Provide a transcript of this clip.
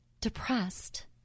depressed